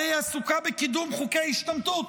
הרי היא עסוקה בקידום חוקי השתמטות.